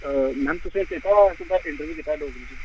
ma'am तुसें ई चेता हा तुसें इंटरव्यू दित्ता हा डोगरी च